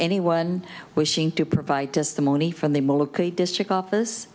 anyone wishing to provide testimony from the district office